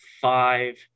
five